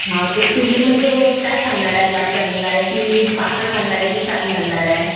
हा तर तुम्ही म्हणजे काय घालणार लाचा घालणार आहे की पातळ घालणार आहे की साडी घालणार आहे